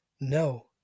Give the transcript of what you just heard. No